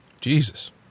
Jesus